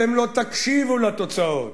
אתם לא תקשיבו לתוצאות.